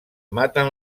maten